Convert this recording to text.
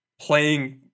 playing